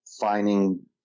finding